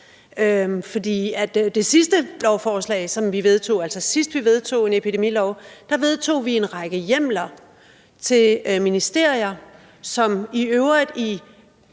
For med det sidste lovforslag, hvor vi vedtog en epidemilov, vedtog vi en række hjemler til ministerier, som i øvrigt i